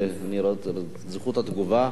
ואני רוצה את זכות התגובה,